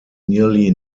nearly